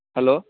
hello